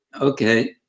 okay